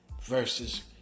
versus